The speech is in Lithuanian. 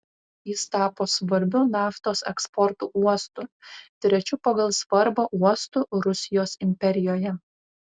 jis tapo svarbiu naftos eksporto uostu trečiu pagal svarbą uostu rusijos imperijoje